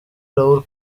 raul